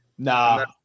Nah